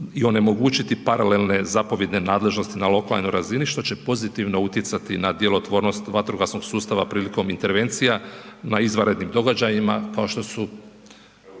i onemogućiti paralelne zapovjedne nadležnosti na lokalnoj razini što će pozitivno utjecati na djelotvornost vatrogasnog sustava prilikom intervencija na izvanrednim događajima kao što su